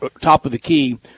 top-of-the-key